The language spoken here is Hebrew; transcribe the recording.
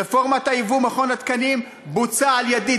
רפורמת היבוא, מכון התקנים, בוצע על-ידי,